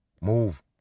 Move